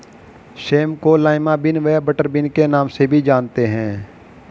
same को lima bean व butter bean के नाम से भी जानते हैं